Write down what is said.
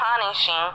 punishing